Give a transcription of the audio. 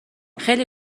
خیلی